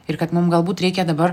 ir kad mum galbūt reikia dabar